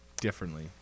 differently